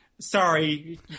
Sorry